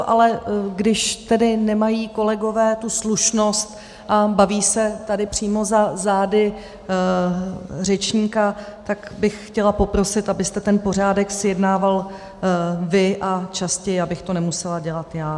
Ale když tedy nemají kolegové tu slušnost a baví se tady přímo za zády řečníka, tak bych chtěla poprosit, abyste ten pořádek zjednával vy a častěji, abych to nemusela dělat já.